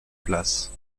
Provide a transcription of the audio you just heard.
place